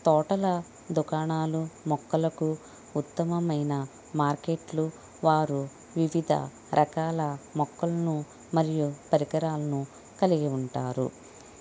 తోటల దుకాణాలు మొక్కలకు ఉత్తమమైన మార్కెట్లు వారు వివిధ రకాల మొక్కలను మరియు పరికరాలను కలిగి ఉంటారు